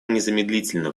незамедлительно